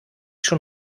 schon